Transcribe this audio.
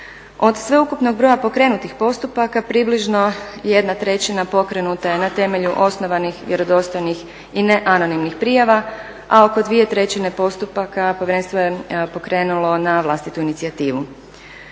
Od sveukupnog broja pokrenutih postupaka približno 1/3 pokrenuta je na temelju osnovanih, vjerodostojnih i neanonimnih prijava, a oko 2/3 postupaka povjerenstvo je pokrenulo na vlastitu inicijativu.